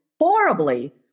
horribly